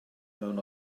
mewn